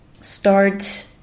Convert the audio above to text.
start